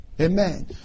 Amen